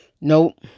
nope